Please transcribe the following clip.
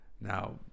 Now